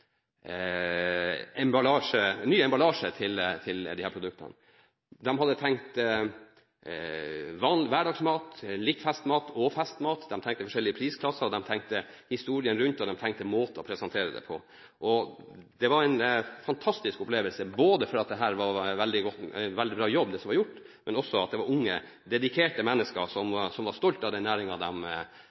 ny emballasje til disse produktene. De hadde tenkt vanlig hverdagsmat, litt festmat og festmat. De tenkte forskjellige prisklasser, de tenkte på historien rundt, og de tenkte på måter å presentere det på. Det var en fantastisk opplevelse, både fordi det var en veldig bra jobb som var gjort, og fordi det var unge, dedikerte mennesker som var stolte av den